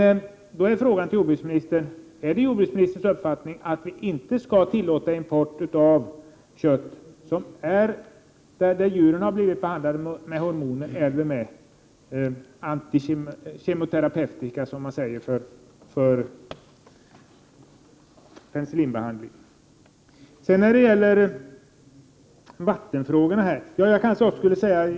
Min fråga till jordbruksministern är följande: Är det jordbruksministerns uppfattning att vi inte skall tillåta import av kött från djur som har blivit behandlade med hormoner eller med kemoterapeutika, i detta fall penicillinbehandling?